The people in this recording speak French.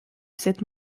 cette